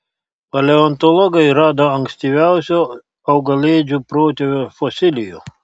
paleontologai rado ankstyviausio augalėdžių protėvio fosilijų